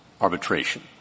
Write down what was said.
arbitration